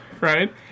right